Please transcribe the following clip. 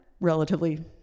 relatively